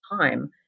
time